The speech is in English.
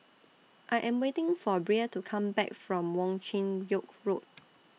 I Am waiting For Brea to Come Back from Wong Chin Yoke Road